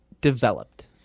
developed